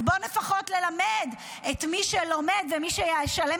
אז בוא לפחות נלמד את מי שלומד ומי שמשלם